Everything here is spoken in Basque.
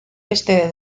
beste